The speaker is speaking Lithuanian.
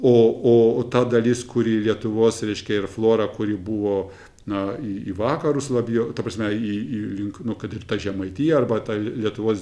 o o ta dalis kurį lietuvos reiškia ir flora kuri buvo na į vakarus labiau ta prasme į link nu kad ir ta žemaitija arba ta lietuvos